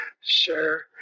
share